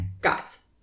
guys